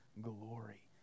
glory